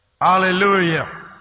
Hallelujah